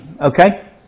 okay